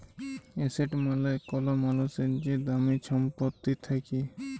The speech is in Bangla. এসেট মালে কল মালুসের যে দামি ছম্পত্তি থ্যাকে